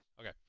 Okay